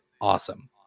awesome